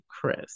Chris